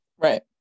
right